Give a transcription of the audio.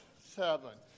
seven